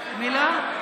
מילה?